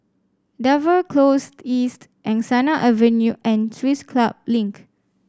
Dover Close East Angsana Avenue and Swiss Club Link